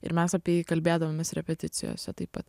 ir mes apie jį kalbėdavomės repeticijose taip pat